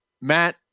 Matt